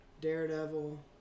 Daredevil